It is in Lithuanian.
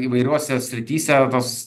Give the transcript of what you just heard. įvairiose srityse tos